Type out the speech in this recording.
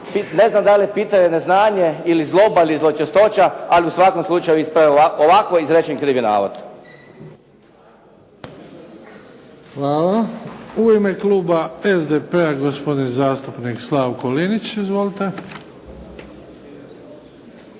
ne znam da li je u pitanju neznanje ili zloba ili zločestoća, ali u svakom slučaju ispravljam ovako izrečen krivi navod. **Bebić, Luka (HDZ)** Hvala. U ime kluba SDP-a, gospodin zastupnik Slavko Linić. Izvolite.